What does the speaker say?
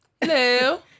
Hello